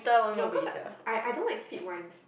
no cause I I don't like sweet wines